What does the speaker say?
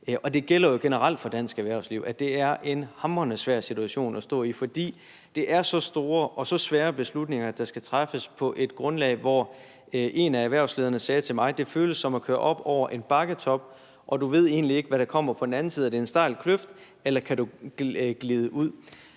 Det gælder jo generelt for dansk erhvervsliv, at det er en hamrende svær situation at stå i, fordi det er så store og så svære beslutninger, der skal træffes på et grundlag, hvor en af erhvervslederne sagde til mig, at det føles som at køre op over en bakketop, og du ved egentlig ikke, hvad der kommer på den anden side. Er det en stejl kløft, eller kan du glide ud